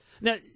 Now